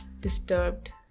disturbed